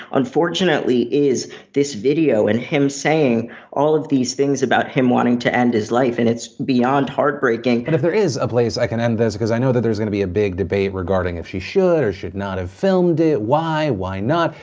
unfortunately, is this video and him saying all of these things about him wanting to end his life, and it's beyond heartbreaking. and if there is a place that i can end this, because i know that there's gonna be a big debate regarding if she should, or should not have filmed it, why, why not?